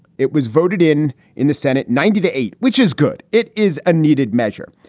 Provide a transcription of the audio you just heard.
it was voted in in the senate ninety to eight, which is good. it is a needed measure.